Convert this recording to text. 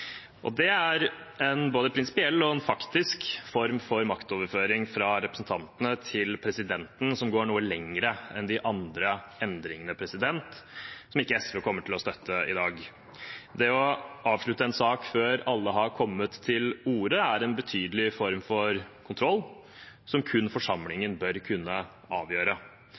Det er både en prinsipiell og en faktisk form for maktoverføring fra representantene til presidenten, som går noe lenger enn de andre endringene, og som SV ikke kommer til å støtte i dag. Det å avslutte en sak før alle har kommet til orde, er en betydelig form for kontroll, som kun forsamlingen bør kunne avgjøre.